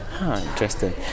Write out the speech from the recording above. Interesting